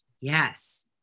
Yes